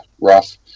rough